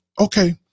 Okay